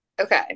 Okay